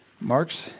Mark's